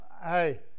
hey